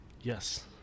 Yes